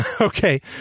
Okay